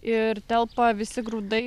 ir telpa visi grūdai